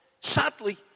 Sadly